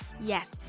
Yes